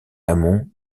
amont